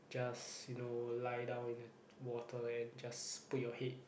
just you know lie down in the water and just put your head